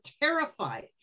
terrified